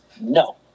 no